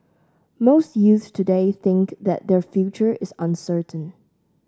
most youths today think that their future is uncertain